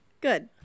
Good